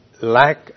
lack